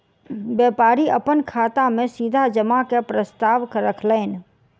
व्यापारी अपन खाता में सीधा जमा के प्रस्ताव रखलैन